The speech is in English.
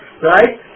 Right